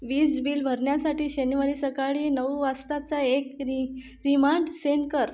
वीज बिल भरण्यासाठी शनिवारी सकाळी नऊ वाजताचा एक रि रिमांड सेन्ट कर